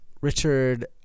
Richard